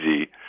easy